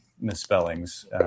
misspellings